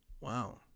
wow